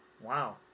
Wow